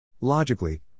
Logically